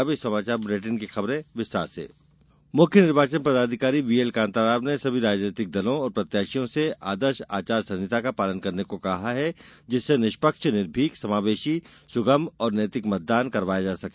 अब समाचार विस्तार से आचार संहिता मुख्य निर्वाचन पदाधिकारी व्हीएल कान्ताराव ने सभी राजनैतिक दलों और प्रत्याशियों से आदर्श आचार संहिता का पालन करने को कहा है जिससे निष्पक्ष निर्भीक समावेशी सुगम और नैतिक मतदान करवाया जा सके